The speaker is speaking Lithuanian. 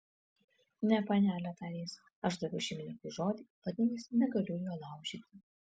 ne panele tarė jis aš daviau šeimininkui žodį vadinasi negaliu jo laužyti